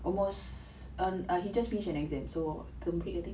almost err he just finished an exam so term break I think